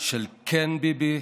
של "כן ביבי,